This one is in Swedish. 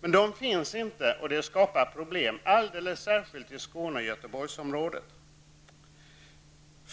Men de finns inte, och det skapar problem alldeles särskilt i Skåne och